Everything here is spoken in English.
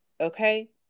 Okay